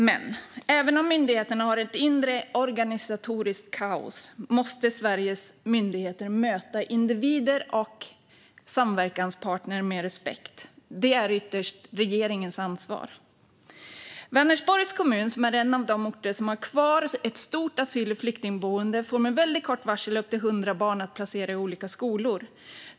Men även om myndigheterna har ett inre organisatoriskt kaos måste Sveriges myndigheter möta individer och samverkansparter med respekt. Det är ytterst regeringens ansvar. Vänersborgs kommun, som är en av de orter som har kvar ett stort asyl och flyktingboende, får med väldigt kort varsel upp till 100 barn att placera i olika skolor.